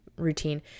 routine